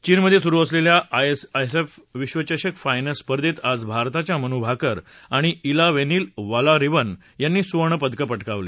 चीनमध्ये सुरु असलेल्या आयएसएस विश्वघषक फायनल स्पर्धेत आज भारताच्या मनू भाकर आणि ईलावेनील वलारिक्न यांनी सुवर्णपदकं पटकावलं